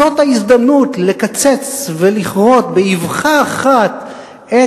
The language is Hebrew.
זאת ההזדמנות לקצץ ולכרות באבחה אחת את